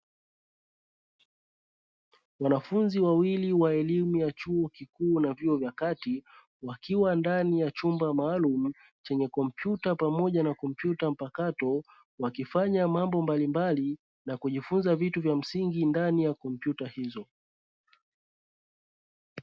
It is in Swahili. Wanafunzi wawili wa elimu ya chuo kikuu na vyuo vya kati wakiwa ndani ya chumba maalumu, chenye kompyuta pamoja na kompyuta mpakato wakifanya mambo mbalimbali, na kujifunza vitu vya msingi ndani ya kompyuta hizo.